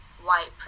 white